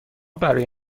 برای